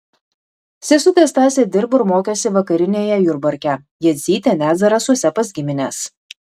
sesutė stasė dirbo ir mokėsi vakarinėje jurbarke jadzytė net zarasuose pas gimines